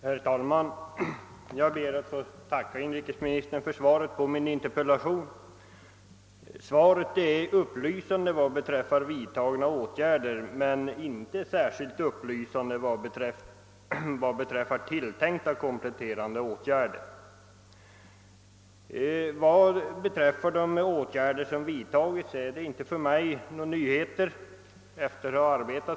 Herr talman! Jag ber att få tacka inrikesministern för svaret på min interpellation. Svaret är upplysande vad beträffar vidtagna åtgärder men inte särskilt klargörande vad beträffar tilltänkta kompletterande åtgärder. De åtgärder som vidtagits är inte några nyheter för mig.